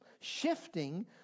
shifting